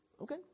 Okay